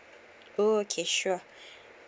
oh okay sure